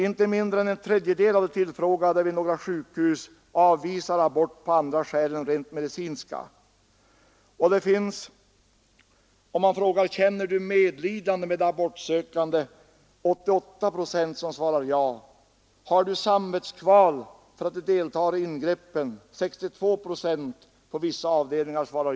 Inte mindre än en tredjedel av de tillfrågade vid några sjukhus i övre Norrland avvisar abort på andra skäl än rent medicinska. På frågan, om de känner medlidande med de abortsökande, är det 88 procent av de tillfrågade som svarar ja. På frågan ”Har du samvetskval för att du deltar i ingreppen?” svarar 62 procent på vissa avdelningar ja.